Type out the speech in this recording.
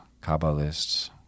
Kabbalists